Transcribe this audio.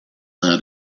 had